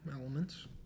elements